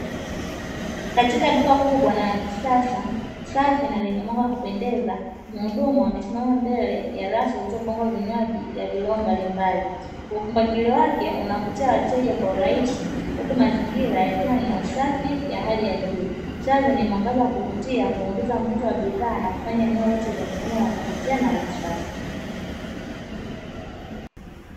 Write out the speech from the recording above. Katika duka kubwa na lakisasa safi, na lenye mwanga wa kupendeza, muhudumu amesimama mbele ya rafu zilizopangwa vinywaji vya vileo mbalimbali kwa mpangilio wake. Unavutia wateja kwa urahisi, huku mazingira yakiwa yenye usafi ya hali ya juu. Taa zenye mwangaza wa kuvutia huongeza mvuto wa bidhaa na kufanya eneo lote lionekane la kuvutia na la kisasa.